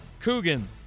Coogan